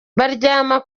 baryama